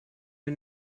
wir